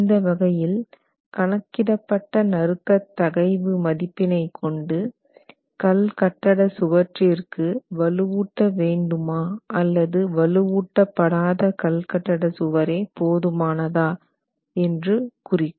இந்த வகையில் கணக்கிடப்பட்ட நறுக்கத் தகைவு மதிப்பினை கொண்டு கல்கட்டட சுவற்றிற்கு வலுவூட்ட வேண்டுமா அல்லது வலுவூட்ட படாத கல்கட்டட சுவரே போதுமானதா என்று குறிக்கும்